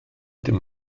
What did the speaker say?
ddim